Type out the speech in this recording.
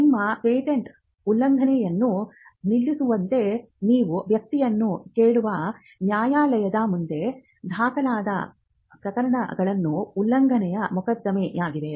ನಿಮ್ಮ ಪೇಟೆಂಟ್ ಉಲ್ಲಂಘನೆಯನ್ನು ನಿಲ್ಲಿಸುವಂತೆ ನೀವು ವ್ಯಕ್ತಿಯನ್ನು ಕೇಳುವ ನ್ಯಾಯಾಲಯದ ಮುಂದೆ ದಾಖಲಾದ ಪ್ರಕರಣಗಳು ಉಲ್ಲಂಘನೆಯ ಮೊಕದ್ದಮೆಗಳಾಗಿವೆ